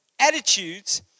attitudes